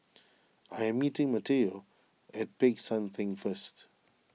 I am meeting Mateo at Peck San theng first